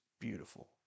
beautiful